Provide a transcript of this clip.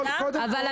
אני